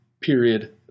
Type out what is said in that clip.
Period